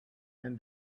and